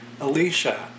Alicia